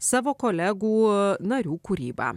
savo kolegų narių kūrybą